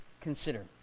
consider